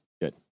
good